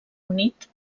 unit